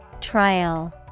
Trial